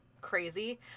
crazy